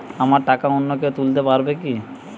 আমার টাকা অন্য কেউ তুলতে পারবে কি?